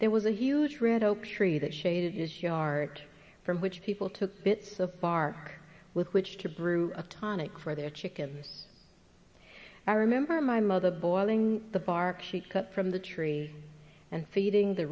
there was a huge red oak tree that shaded its yard from which people took bits of bark with which to brew a tonic for their chickens i remember my mother boiling the bark she cut from the tree and feeding the